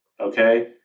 Okay